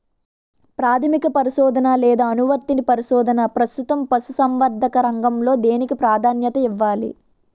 ప్రాథమిక పరిశోధన లేదా అనువర్తిత పరిశోధన? ప్రస్తుతం పశుసంవర్ధక రంగంలో దేనికి ప్రాధాన్యత ఇవ్వాలి?